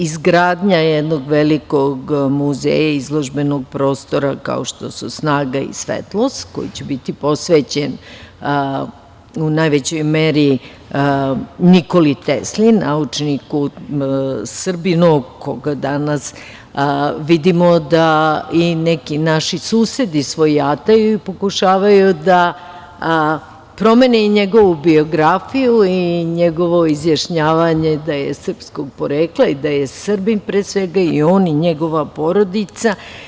Izgradnja jednog velikog muzeja, izložbenog prostora, kao što su „Snaga i Svetlost“, koji će biti posvećen u najvećoj meri Nikoli Tesli, naučniku, Srbinu, koga danas vidimo da i neki naši susedi svojataju i pokušavaju da promene njegovu biografiju i njegovo izjašnjavanje da je srpskog porekla i da je Srbin, pre svega i on i njegova porodica.